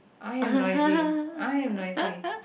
I am noisy I am noisy